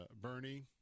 Bernie